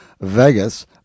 Vegas